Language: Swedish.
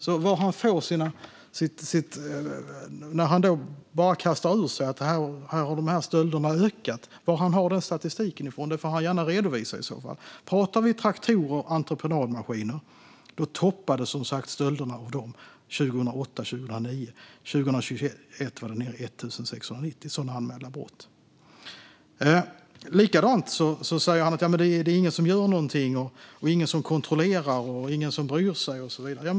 Var Thomas Morell får sina uppgifter från när han bara kastar ur sig att stölderna har ökat får han gärna redovisa. Pratar vi om traktorer och entreprenadmaskiner toppade antalet stölder som sagt 2008-2009. Sedan var antalet sådana anmälda brott nere på 1 690 under 2021. Likadant är det när Thomas Morell säger att ingen gör något, ingen kontrollerar och ingen bryr sig och så vidare.